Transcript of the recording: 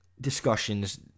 discussions